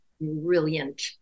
brilliant